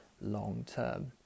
long-term